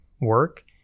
work